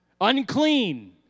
Unclean